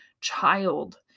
child